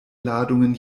ladungen